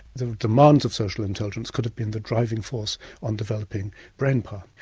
the demands of social intelligence could have been the driving force on developing brain power.